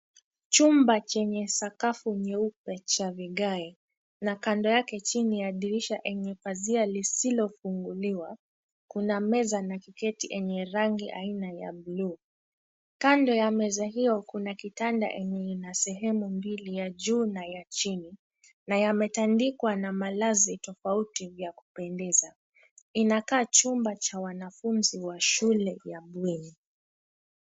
Chumba chenye sakafu nyeupe chaa vigae na kando yake chini ya dirisha enye pazia lisilofunguliwa, kuna meza na kiketi enye rangi aina ya buluu. Kando ya meza hiyo kuna kitanda enye ina sehemu mbili ya juu na ya chini na yametandikwa na malazi tofauti vya kupendeza. Inakaa chumba cha wanafunzi wa shule ya bweni.